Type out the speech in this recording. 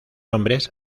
hombres